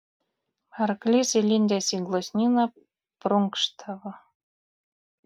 arklys įlindęs į gluosnyną prunkštavo